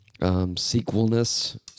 sequelness